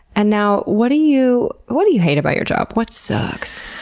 and now what do you, what do you hate about your job? what suuucks?